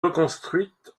reconstruite